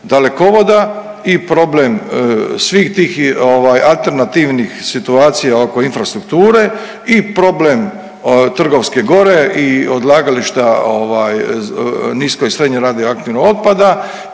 dalekovoda, i problem svih tih alternativnih situacija oko infrastrukture i problem Trgovske gore i odlagališta nisko i srednje radioaktivnog otpada